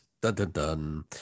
dun-dun-dun